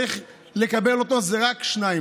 צריך לדבר על הדברים